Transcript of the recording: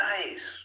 Nice